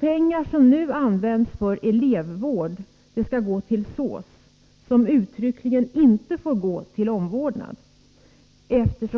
Pengar som nu används för elevvård skall alltså gå 115 till SÅS-anslaget, som uttryckligen inte får gå till omvårdnad.